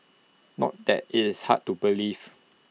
not that is hard to believe